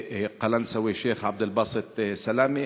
וראש העיר קלנסואה שיח' עבד אל-באסט סלאמה,